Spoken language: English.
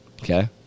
Okay